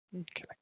Okay